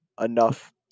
enough